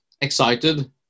excited